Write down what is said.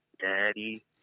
Daddy